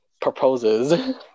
proposes